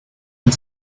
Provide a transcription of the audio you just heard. and